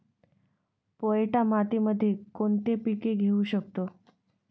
पोयटा मातीमध्ये कोणते पीक घेऊ शकतो?